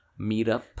meetup